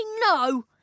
no